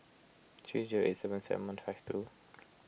three zero eight seven seven two